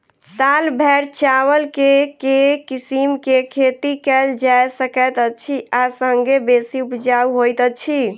साल भैर चावल केँ के किसिम केँ खेती कैल जाय सकैत अछि आ संगे बेसी उपजाउ होइत अछि?